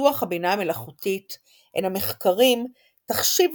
בפיתוח הבינה המלאכותית הן המחקרים "תחשיב